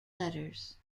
letters